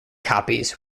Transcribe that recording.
copies